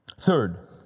Third